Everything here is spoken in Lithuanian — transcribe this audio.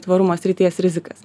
tvarumo srities rizikas